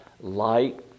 light